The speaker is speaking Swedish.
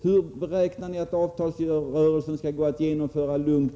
Hur tänker ni nu göra för att få den att genomföras lugnt?